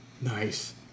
Nice